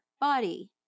body